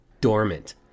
dormant